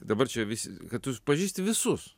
dabar čia visi kad tu pažįsti visus